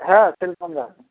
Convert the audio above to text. হ্যাঁ সেরকম ই